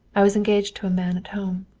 i was engaged to a man at home.